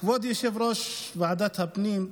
כבוד יושב-ראש ועדת הפנים,